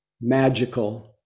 magical